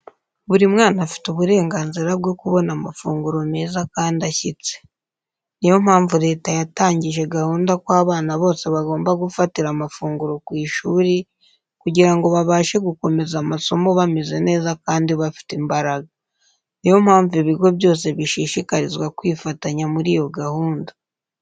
Buri mwana afite uburenganzira bwo kubona amafunguro meza kandi ashyitse. Ni yo mpamvu leta yatangije gahunda ko abana bose bagomba gufatira amafunguro ku ishuri kugira ngo babashe gukomeza amasomo bameze neza kandi bafite imbaraga. Ni yo mpamvu ibigo byose bishishikarizwa kwifitanya muri iyo gahunda.